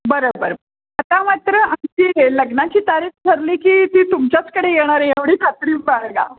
बरं बरं आता मात्र आमची हे लग्नाची तारीख ठरली की ती तुमच्याचकडे येणार आहे एवढी खात्री बाळगा